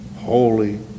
holy